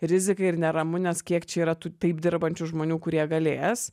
rizika ir neramu nes kiek čia yra tų taip dirbančių žmonių kurie galės